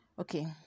Okay